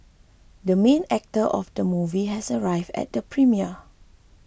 the main actor of the movie has arrived at the premiere